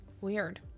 Weird